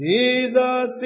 Jesus